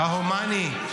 ההומני,